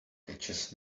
catches